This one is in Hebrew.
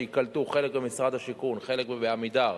שייקלטו חלק במשרד השיכון וחלק ב"עמידר"